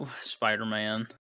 spider-man